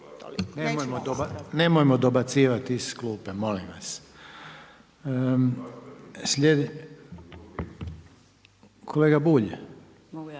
Nemojmo dobacivati iz klupe, molim vas. …/Upadica